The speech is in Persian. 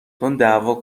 تنددعوا